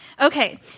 Okay